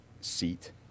seat